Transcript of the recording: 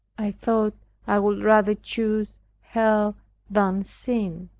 i thought i would rather choose hell than sin.